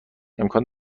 امکان